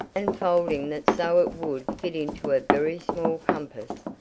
and folding that so it would fit into a very small compass,